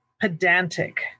pedantic